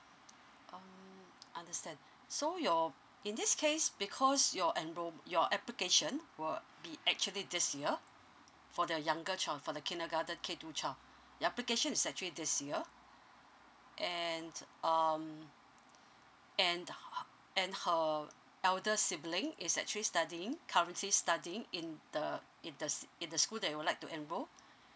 um understand so your in this case because your enroll your application will be actually this year for the younger child for the kindergarten K two child the application is actually this year and um and and her elder sibling is actually studying currently studying in the in the s~ in the school that you would like to enroll